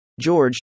George